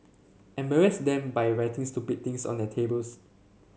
embarrass them by writing stupid things on their tables